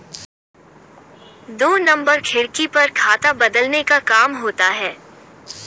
दो नंबर खिड़की पर खाता बदलने का काम होता है